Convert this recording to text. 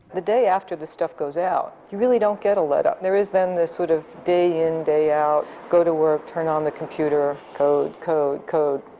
the day after this stuff goes out, you really don't get to let up. there is then the sort of day in day out, go to work turn on the computer, code, code code.